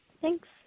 Thanks